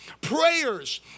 prayers